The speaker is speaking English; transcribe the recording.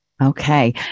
Okay